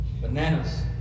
Bananas